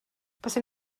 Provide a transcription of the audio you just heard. buaswn